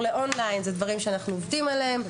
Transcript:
לאון-ליין - אלו דברים שאנחנו עובדים עליהם,